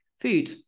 food